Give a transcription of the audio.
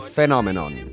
Phenomenon